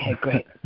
great